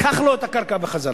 קח לו את הקרקע בחזרה.